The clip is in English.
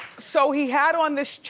so he had on this chain.